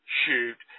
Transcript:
shoot